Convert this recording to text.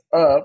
up